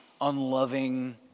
unloving